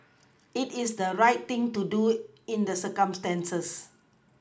it is the right thing to do in the circumstances